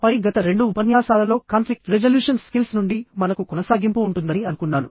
ఆపై గత రెండు ఉపన్యాసాలలో కాన్ఫ్లిక్ట్ రెజల్యూషన్ స్కిల్స్ నుండి మనకు కొనసాగింపు ఉంటుందని అనుకున్నాను